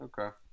okay